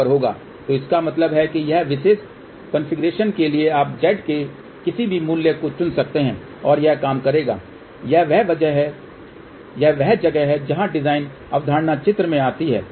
तो इसका मतलब है कि यह विशेष कॉन्फ़िगरेशन के लिये आप Z के किसी भी मूल्य को चुन सकते हैं और यह काम करेगा और यह वह जगह है जहां डिजाइन अवधारणा चित्र में आती है